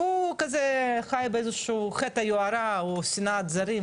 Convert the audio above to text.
והוא חי בחטא היוהרה או שנאת זרים,